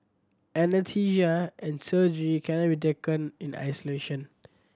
anaesthesia and surgery cannot taken in isolation